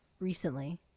recently